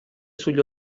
sugli